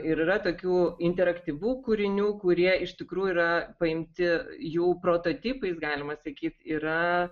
ir yra tokių interaktyvių kūrinių kurie iš tikrųjų yra paimti jų prototipais galima sakyt yra